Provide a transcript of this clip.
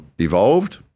evolved